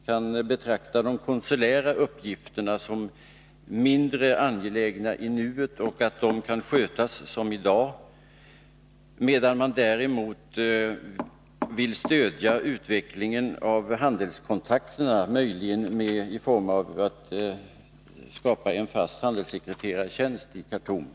Kan de konsulära uppgifterna betraktas som mindre angelägna i nuet och därför skötas som i dag, medan regeringen däremot vill stödja utvecklingen av handelskontakterna, möjligen i form av en fast handelssekreterartjänst i Khartoum?